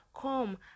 come